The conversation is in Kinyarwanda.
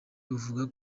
buvuga